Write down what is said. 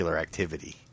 activity